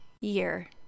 year